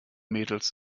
mädels